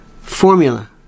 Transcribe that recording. Formula